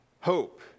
hope